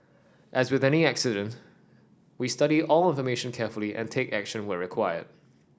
as with any incident we study all information carefully and take action where required